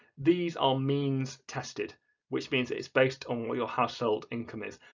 these are means-tested which means it's based on what your household income is.